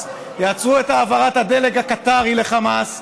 ויעצרו את העברת הדלק הקטארי לחמאס,